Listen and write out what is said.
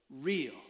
Real